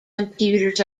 computers